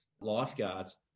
lifeguards